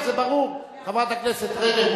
חברת הכנסת רגב,